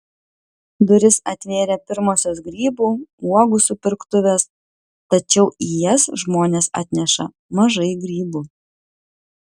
duris atvėrė pirmosios grybų uogų supirktuvės tačiau į jas žmonės atneša mažai grybų